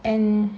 and